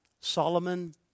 Solomon